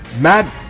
Mad